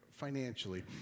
financially